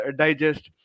digest. (